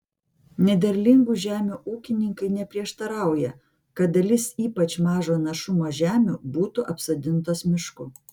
nederlingų žemių ūkininkai neprieštarauja kad dalis ypač mažo našumo žemių būtų apsodintos mišku